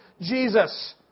Jesus